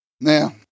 Now